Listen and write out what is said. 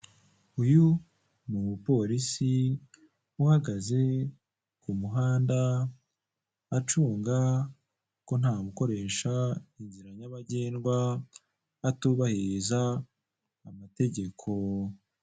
Uyu ni umupolisi uhagaze ku muhanda acunga ko ntawukoresha inzira nyabagendwa atubahiriza amategeko.